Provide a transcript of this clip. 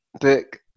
book